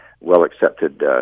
well-accepted